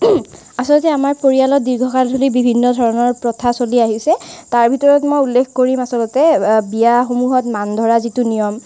আচলতে আমাৰ পৰিয়ালত দীৰ্ঘকাল ধৰি বিভিন্ন ধৰণৰ প্ৰথা চলি আহিছে তাৰ ভিতৰত মই উল্লেখ কৰিম আচলতে বিয়াসমূহত মান ধৰা যিটো নিয়ম